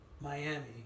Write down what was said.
miami